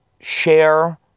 share